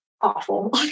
awful